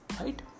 Right